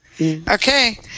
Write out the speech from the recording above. Okay